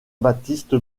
baptiste